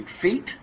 feet